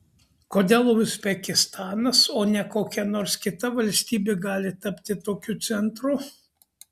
kodėl uzbekistanas o ne kokia nors kita valstybė gali tapti tokiu centru